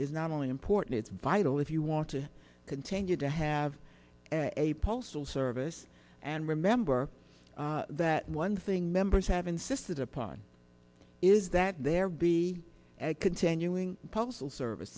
is not only important it's vital if you want to continue to have a pulse or service and remember that one thing members have insisted upon is that there be a continuing postal service